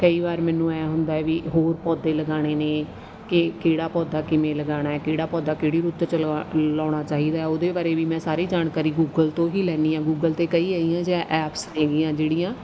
ਕਈ ਵਾਰ ਮੈਨੂੰ ਐਂ ਹੁੰਦਾ ਵੀ ਹੋਰ ਪੌਦੇ ਲਗਾਉਣੇ ਨੇ ਕਿ ਕਿਹੜਾ ਪੌਦਾ ਕਿਵੇਂ ਲਗਾਉਣਾ ਕਿਹੜਾ ਪੌਦਾ ਕਿਹੜੀ ਰੁੱਤ 'ਚ ਲਗਾ ਲਗਾਉਣਾ ਚਾਹੀਦਾ ਉਹਦੇ ਬਾਰੇ ਵੀ ਮੈਂ ਸਾਰੇ ਜਾਣਕਾਰੀ ਗੂਗਲ ਤੋਂ ਹੀ ਲੈਂਦੀ ਹਾਂ ਗੂਗਲ 'ਤੇ ਕਈ ਅਹੀਆ ਜ ਐਪਸ ਹੈਗੀਆਂ ਜਿਹੜੀਆਂ